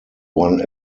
one